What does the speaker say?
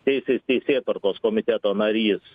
teisės teisėtvarkos komiteto narys